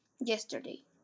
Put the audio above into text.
yesterday